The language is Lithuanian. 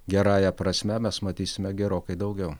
gerąja prasme mes matysime gerokai daugiau